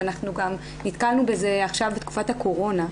ואנחנו גם נתקלנו בזה עכשיו בתקופת הקורונה,